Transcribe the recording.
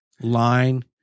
line